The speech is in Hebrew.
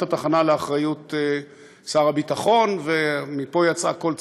התחנה לאחריות שר הביטחון ומפה יצא קול צעקה,